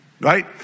right